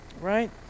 right